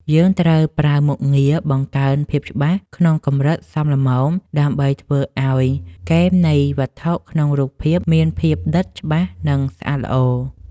យើងត្រូវប្រើមុខងារ បង្កើនភាពច្បាស់ ក្នុងកម្រិតសមល្មមដើម្បីធ្វើឱ្យគែមនៃវត្ថុក្នុងរូបភាពមានភាពដិតច្បាស់ និងស្អាតល្អ។